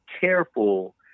careful